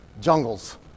jungles